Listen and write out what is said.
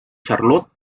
charlot